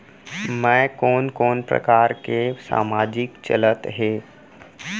मैं कोन कोन प्रकार के सामाजिक चलत हे?